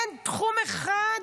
אין תחום אחד